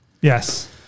Yes